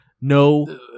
no